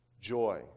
joy